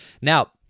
now